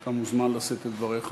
אתה מוזמן לשאת את דבריך.